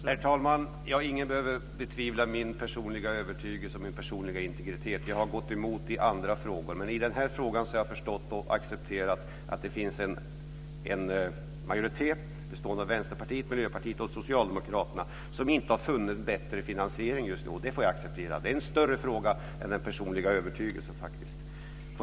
Herr talman! Ingen behöver betvivla min personliga övertygelse och min personliga integritet. Jag har gått emot i andra frågor, men i den här frågan har jag förstått och accepterat att det finns en majoritet, bestående av Vänsterpartiet, Miljöpartiet och Socialdemokraterna, som inte har funnit bättre finansiering just nu. Det får jag acceptera. Det är faktiskt en större fråga än den personliga övertygelsen.